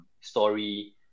story